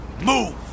Move